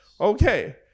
Okay